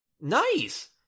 Nice